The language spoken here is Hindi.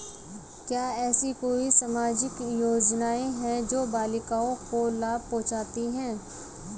क्या ऐसी कोई सामाजिक योजनाएँ हैं जो बालिकाओं को लाभ पहुँचाती हैं?